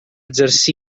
atenes